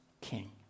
king